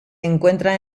encuentra